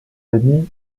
amis